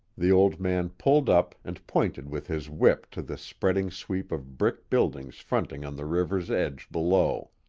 the old man pulled up and pointed with his whip to the spreading sweep of brick buildings fronting on the river's edge below.